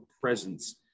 presence